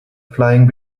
flying